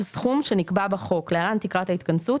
סכום שנקבע בחוק (להלן - תקרת ההתכנסות),